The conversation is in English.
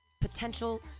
potential